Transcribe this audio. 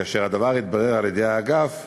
כאשר הדבר התברר באגף,